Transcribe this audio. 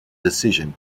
decision